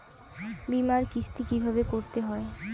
বিমার কিস্তি কিভাবে করতে হয়?